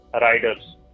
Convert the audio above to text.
riders